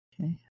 Okay